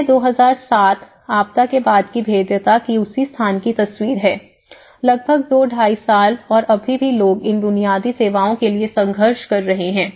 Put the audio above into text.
यह 2007 आपदा के बाद की भेद्यता की उसी स्थान की तस्वीर है लगभग दो ढाई साल और अभी भी लोग इन बुनियादी सेवाओं के लिए संघर्ष कर रहे हैं